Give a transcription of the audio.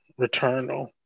Returnal